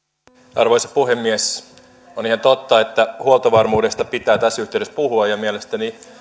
arvoisa puhemies on ihan totta että huoltovarmuudesta pitää tässä yhteydessä puhua ja mielestäni